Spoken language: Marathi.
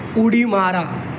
उडी मारा